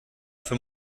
für